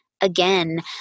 again